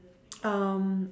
um